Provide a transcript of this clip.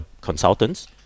consultants